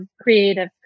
creative